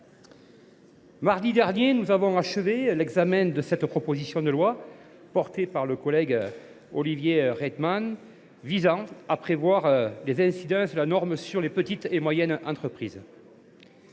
mardi dernier, nous avons achevé l’examen de cette proposition de loi, portée par notre collègue Olivier Rietmann, visant à prévoir les incidences de la norme sur les petites et moyennes entreprises.